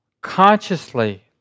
consciously